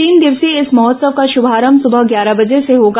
तीन दिवसीय इस महोत्सव का शुभारंभ सुबह ग्यारह बजे से होगा